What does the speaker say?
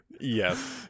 Yes